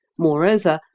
moreover,